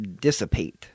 Dissipate